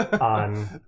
on